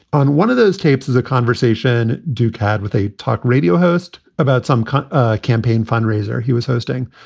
on one of those tapes, as a conversation duke had with a talk radio host about some kind of ah campaign fundraiser. he was hosting.